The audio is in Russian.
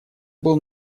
был